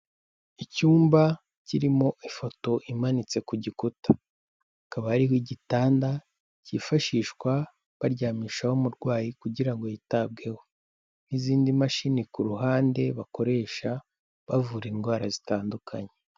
Icyumba kirimo ifoto imanitse ku gikuta, hakaba ariho igitanda cyifashishwa baryamishaho umurwayi kugira ngo yitabweho n'izindi mashini ku ruhande, bakoresha bavura indwara zitandukanye.